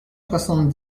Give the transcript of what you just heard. soixante